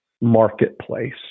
marketplace